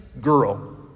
girl